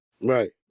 Right